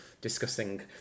discussing